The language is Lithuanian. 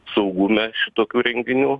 saugume tokių renginių